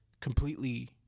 completely